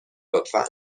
لطفا